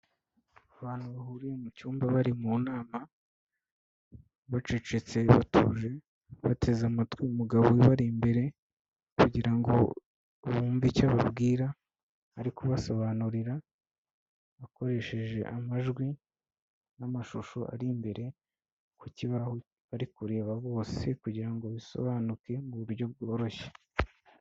Abantu bahuriye mu cyumba bari mu nama bacecetse batuje, bateze amatwi umugabo ubari imbere kugira ngo bumve icyo babwira, ari kubasobanurira akoresheje amajwi n'amashusho ari imbere ku kibaho, bari kureba bose kugira ngo bisobanuke mu buryo bworoshye.